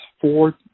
four